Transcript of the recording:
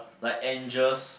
like angels